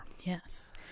Yes